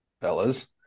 fellas